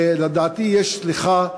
לדעתי, יש לך,